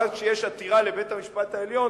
ואז, כשיש עתירה לבית-המשפט העליון